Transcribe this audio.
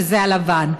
שזה הלבן.